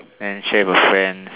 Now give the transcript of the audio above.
and share with her friends